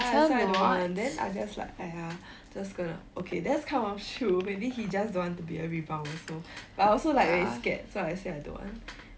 ya that's why I don't want then I just like !aiya! just gonna okay that's kind of true maybe he just don't want to be a rebound also but I also like very scared so I said I don't want